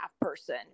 person